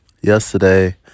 yesterday